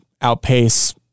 outpace